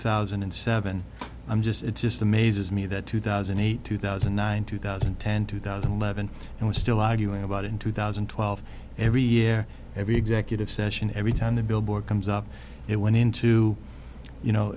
thousand and seven i'm just it just amazes me that two thousand and eight two thousand and nine two thousand and ten two thousand and eleven and we're still arguing about in two thousand and twelve every year every executive session every time the billboard comes up it went into you know